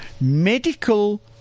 medical